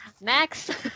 Next